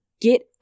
get